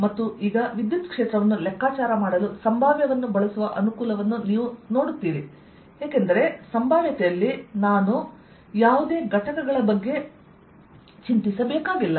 ಮತ್ತು ಈಗ ವಿದ್ಯುತ್ ಕ್ಷೇತ್ರವನ್ನು ಲೆಕ್ಕಾಚಾರ ಮಾಡಲು ಸಂಭಾವ್ಯವನ್ನು ಬಳಸುವ ಅನುಕೂಲವನ್ನು ನೀವು ನಂತರ ನೋಡುತ್ತೀರಿ ಏಕೆಂದರೆ ಸಂಭಾವ್ಯತೆಯಲ್ಲಿ ನಾನು ಯಾವುದೇ ಘಟಕಗಳ ಬಗ್ಗೆ ಚಿಂತಿಸಬೇಕಾಗಿಲ್ಲ